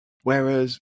Whereas